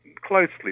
closely